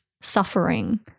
suffering